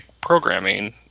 programming